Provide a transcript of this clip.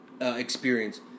experience